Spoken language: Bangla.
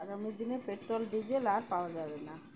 আগামী দিনে পেট্রোল ডিজেল আর পাওয়া যাবে না